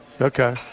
Okay